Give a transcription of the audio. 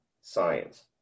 science